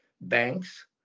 banks